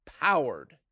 powered